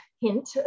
hint